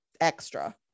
extra